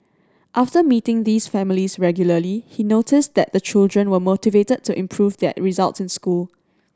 after meeting these families regularly he noticed that the children were more motivated to improve their results in school